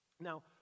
Now